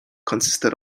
consisted